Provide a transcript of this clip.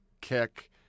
kick